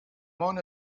món